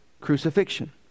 crucifixion